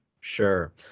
Sure